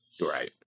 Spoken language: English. right